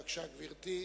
בבקשה, גברתי.